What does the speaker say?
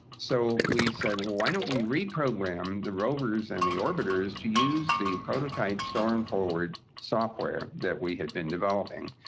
so we said, well, why don't we reprogram the rovers and the orbiters to use the prototype store-and-forward software that we had been developing?